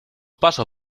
paso